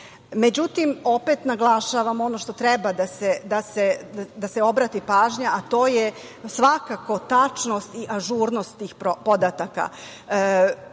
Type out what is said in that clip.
njima.Međutim, opet naglašavam ono na šta treba da se obrati pažnja, a to je svakako tačnost i ažurnost tih podataka.